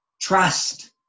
Trust